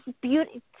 beauty